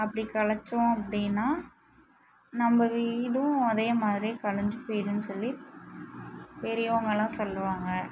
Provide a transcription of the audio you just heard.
அப்படி கலைச்சோம் அப்படினா நம்ம வீடும் அதே மாதிரி கலஞ்சி போயிருன்னு சொல்லி பெரியவங்கள்லாம் சொல்லுவாங்க